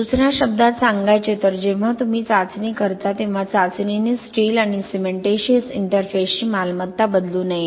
दुसर्या शब्दांत सांगायचे तर जेव्हा तुम्ही चाचणी करता तेव्हा चाचणीनेच स्टील आणि सिमेंटीशिअस इंटरफेसची मालमत्ता बदलू नये